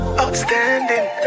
outstanding